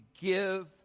give